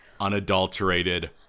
unadulterated